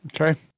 Okay